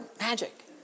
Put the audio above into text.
magic